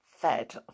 fed